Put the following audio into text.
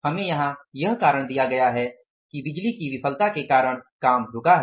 हमारे यहां यह कारण दिया गया है कि बिजली की विफलता के कारण काम रुका है